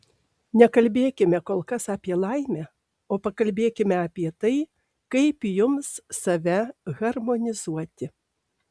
nekalbėkime kol kas apie laimę o pakalbėkime apie tai kaip jums save harmonizuoti